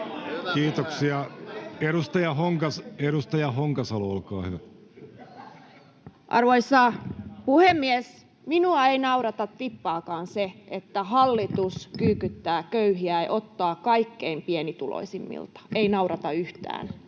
Time: 10:41 Content: Arvoisa puhemies! Minua ei naurata tippaakaan se, että hallitus kyykyttää köyhiä ja ottaa kaikkein pienituloisimmilta, ei naurata yhtään.